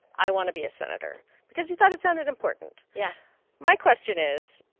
i want to be a senator because you thought it sounded important yeah my question is,